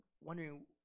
wondering